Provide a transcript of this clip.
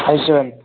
five seven